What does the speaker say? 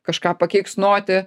kažką pakeiksnoti